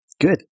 Good